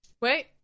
Wait